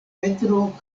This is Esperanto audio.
petro